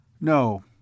No